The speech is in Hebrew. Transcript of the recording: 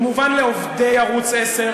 הוא מובן לעובדי ערוץ 10,